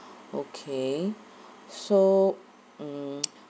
okay so mm